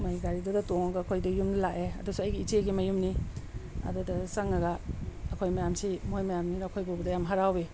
ꯑꯗ ꯃꯣꯏ ꯒꯥꯔꯤꯗꯨꯗ ꯇꯣꯡꯉꯒ ꯑꯩꯈꯣꯏꯗꯤ ꯌꯨꯝ ꯂꯥꯛꯑꯦ ꯑꯗꯨꯁꯨ ꯑꯩꯒꯤ ꯏꯆꯦꯒꯤ ꯃꯌꯨꯝꯅꯤ ꯑꯗꯨꯗ ꯆꯪꯉꯒ ꯑꯩꯈꯣꯏ ꯃꯌꯥꯝꯁꯤ ꯃꯣꯏ ꯃꯌꯥꯝꯁꯤꯅ ꯑꯩꯈꯣꯏ ꯃꯌꯥꯝꯁꯤ ꯎꯕꯗ ꯌꯥꯝ ꯍꯔꯥꯎꯏ